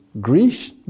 Greece